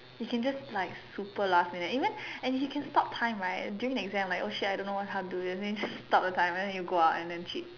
you can just like super last minute even and you can stop time right during the exam like oh shit I don't know how to do this then you just stop the time and then you go out and then cheat